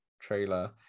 trailer